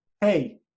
hey